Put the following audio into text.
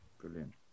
brilliant